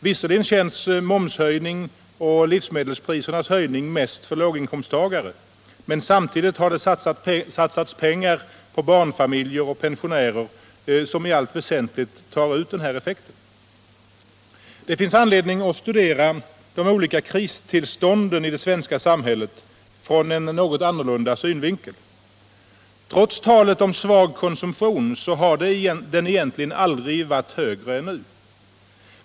Visserligen känns momshöjningen och livsmedelsprisernas höjning mest för låginkomsttagare, men samtidigt har det satsats pengar på barnfamiljer och pensionärer, en satsning som i allt väsentligt tar ut denna effekt. Det finns anledning att studera de olika kristillstånden i det svenska samhället ur en något annorlunda synvinkel. Trots talet om svag konsumtion så har den egentligen aldrig varit högre.